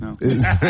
No